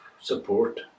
support